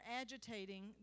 agitating